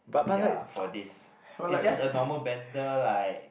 ya for this is just a normal banter like